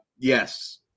yes